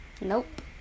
nope